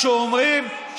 אנחנו קוראים.